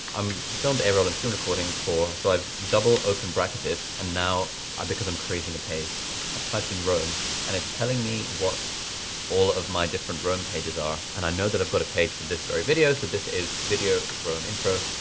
um filmed, a roll and screen recording for, so i've double open bracketed. and now because i'm creating a page i've typed in roam and it's telling me what all of my different roam pages are. and i know that i've got a page for this very video. so this is video roam intro,